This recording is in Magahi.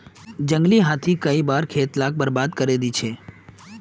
जंगली हाथी कई बार खेत लाक बर्बाद करे दे छे